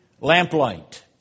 lamplight